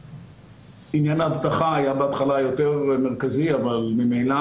עניין האבטחה היה בהתחלה יותר מרכזי אבל ממילא